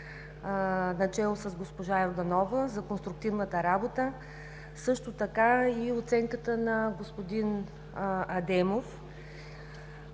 начело с госпожа Йорданова за конструктивната работа. Също така и оценката на господин Адемов.